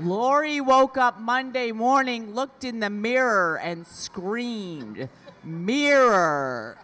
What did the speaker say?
laurie woke up monday morning looked in the mirror and screamed you mirror